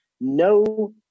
no